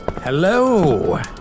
Hello